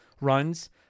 runs